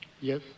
Yes